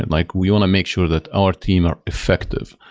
and like we want to make sure that our team are effective.